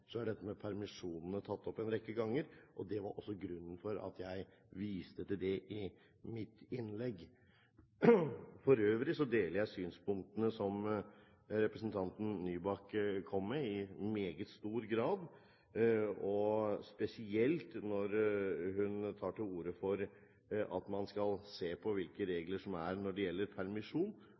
er dette med permisjonene tatt opp en rekke ganger, og det var også grunnen til at jeg viste til det i mitt innlegg. For øvrig deler jeg synspunktene som representanten Nybakk kom med, i meget stor grad. Spesielt når hun tar til orde for at man skal se på hvilke regler som er når det gjelder permisjon